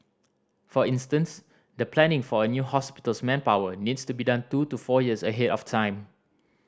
for instance the planning for a new hospital's manpower needs to be done two to four years ahead of time